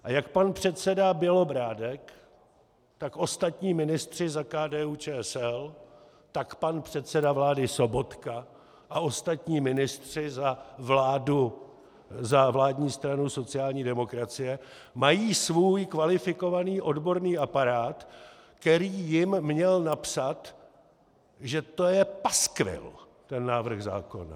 A jak pan předseda Bělobrádek, tak ostatní ministři za KDUČSL, tak pan předseda vlády Sobotka a ostatní ministři za vládní stranu sociální demokracie mají svůj kvalifikovaný odborný aparát, který jim měl napsat, že to je paskvil, ten návrh zákona.